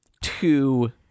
two